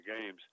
Games